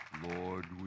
Lord